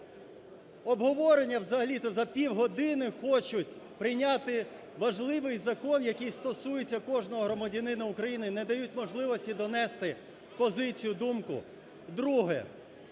обговорення – взагалі-то, за півгодини хочуть прийняти важливий закон, який стосується кожного громадянина України, і не дають можливості донести позицію, думку.